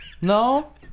No